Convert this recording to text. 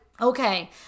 okay